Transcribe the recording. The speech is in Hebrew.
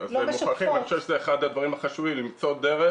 אני חושב שזה אחד הדברים החשובים, למצוא דרך